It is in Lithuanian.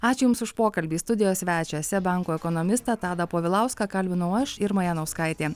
ačiū jums už pokalbį studijos svečią seb banko ekonomistą tadą povilauską kalbinau aš irma janauskaitė